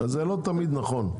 זה לא תמיד נכון.